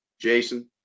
jason